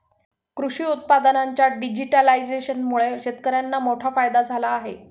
कृषी उत्पादनांच्या डिजिटलायझेशनमुळे शेतकर्यांना मोठा फायदा झाला आहे